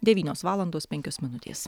devynios valandos penkios minutės